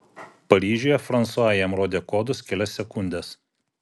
paryžiuje fransua jam rodė kodus kelias sekundes